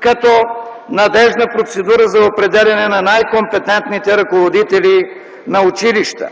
като надеждна процедура за определяне на най-компетентните ръководители на училища.